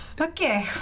okay